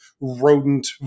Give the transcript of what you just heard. rodent